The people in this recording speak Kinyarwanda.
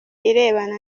irebana